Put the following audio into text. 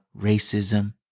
racism